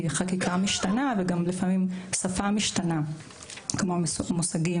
כי חקיקה משתנה וגם לפעמים שפה משתנה כמו מושגים